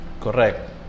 correct